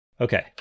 Okay